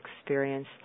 experience